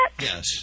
Yes